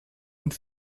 und